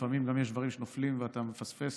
לפעמים יש דברים שנופלים ואתה מפספס,